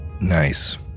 Nice